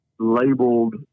labeled